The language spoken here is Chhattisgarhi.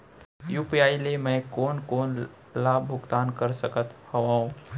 यू.पी.आई ले मैं कोन कोन ला भुगतान कर सकत हओं?